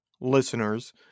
listeners